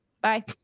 Bye